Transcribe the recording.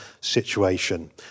situation